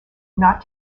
not